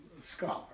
scholar